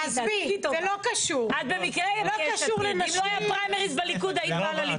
אם לא היו פריימריס בליכוד היית באה לליכוד.